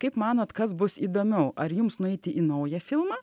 kaip manot kas bus įdomiau ar jums nueiti į naują filmą